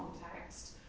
context